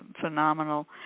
phenomenal